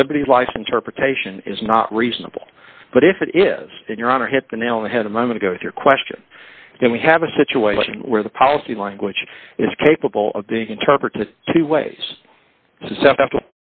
and liberty life interpretation is not reasonable but if it is then your honor hit the nail on the head a moment ago with your question then we have a situation where the policy language is capable of being interpreted two ways s